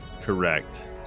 Correct